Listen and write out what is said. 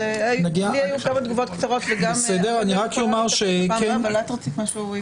היו לי עוד כמה תגובות קצרות, אבל את רצית משהו.